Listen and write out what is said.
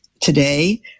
today